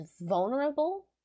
vulnerable